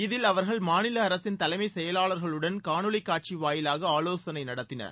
இதில் அவர்கள் மாநில அரசின் தலைமை செயலாளர்களுடன் கானொளி காட்சி வாயிலாக ஆலோசனை நடத்தினர்